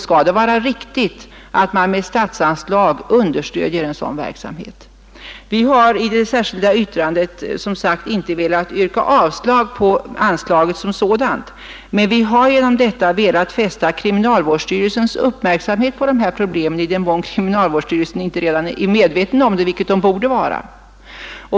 Skall det vara riktigt att man med statsanslag understödjer en sådan verksamhet? Vi har i det särskilda yttrandet som sagt inte velat yrka avslag på anslaget som sådant, men vi har genom detta velat fästa kriminalvårdsstyrelsens uppmärksamhet på dessa problem — i den mån kriminalvårdsstyrelsen inte redan är medveten om dem, vilket den borde vara.